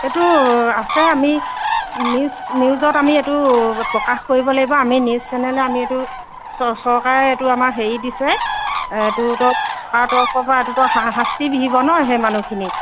এইটো আছে আমি নিউজ নিউজত আমি এইটো প্ৰকাশ কৰিব লাগিব আমি নিউজ চেনেলে আমি এইটো চৰকাৰে এইটো আমাৰ হেৰি দিছে এইটো তো চৰকাৰ তৰফৰপৰা এইটোতো শাস্তি বিহিব ন সেই মানুহখিনিক